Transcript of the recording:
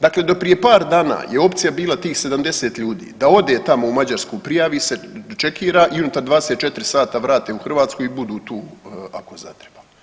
Dakle, do prije par dana je opcija bila tih 70 ljudi da ode tamo u Mađarsku, prijavi se, checkira i unutar 24 sata vrate u Hrvatsku u budu tu ako zatreba.